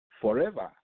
forever